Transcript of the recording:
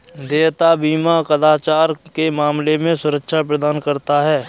देयता बीमा कदाचार के मामले में सुरक्षा प्रदान करता है